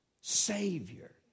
Savior